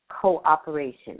cooperation